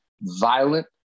violent